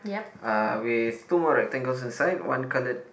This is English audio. uh with two more rectangle inside one coloured